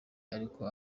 ariko